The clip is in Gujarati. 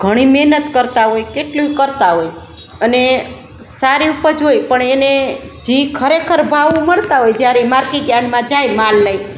ઘણી મહેનત કરતાં હોય કેટલુંય કરતાં હોય અને સારી ઉપજ હોય પણ એને જી ખરેખર ભાવ મળતા હોય જ્યારે ઇ માર્કેટ યાર્ડમાં જાય માલ લઈને